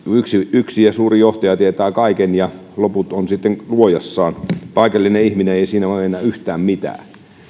yksi suuri johtaja tietää kaiken ja loput on sitten luojassaan paikallinen ihminen ei siinä voi enää yhtään mitään